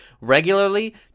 Regularly